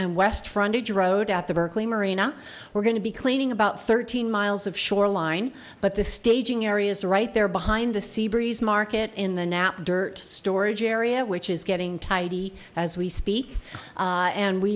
and west frontage road at the berkeley marina we're going to be cleaning about thirteen miles of shoreline but the staging areas are right there behind the sea breeze market in the nap dirt storage area which is getting tidy as we speak and we